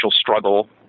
struggle